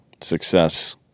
success